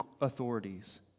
authorities